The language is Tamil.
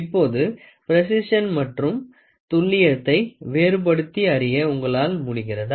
இப்போது ப்ரேசிசன் மற்றும் துல்லியத்தை வேறுபடுத்தி அறிய உங்களால் முடிகிறதா